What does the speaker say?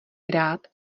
rád